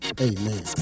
Amen